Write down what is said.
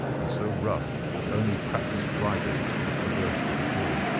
and so rough that only practised riders could have traversed it at all.